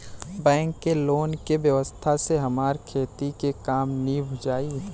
bank के loan के व्यवस्था से हमार खेती के काम नीभ जाई